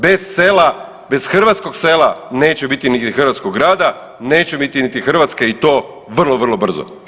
Bez sela, bez hrvatskog sela neće biti niti hrvatskog rada, neće biti niti Hrvatske i to vrlo, vrlo brzo.